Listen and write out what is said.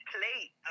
Plate